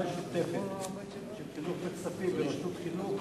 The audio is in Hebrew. משותפת של חינוך וכספים בראשות החינוך,